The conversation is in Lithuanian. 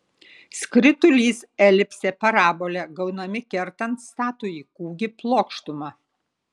skritulys elipsė parabolė gaunami kertant statųjį kūgį plokštuma